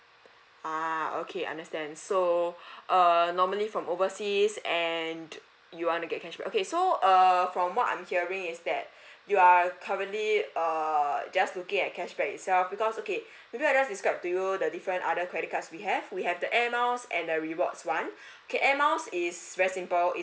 ha okay understand so err normally from overseas and you want to get cashback okay so err from what I'm hearing is that you are currently err just looking at cashback itself because okay maybe I'll just describe to you the difference other credit cards we have we have the air miles and the rewards one okay air miles is very simple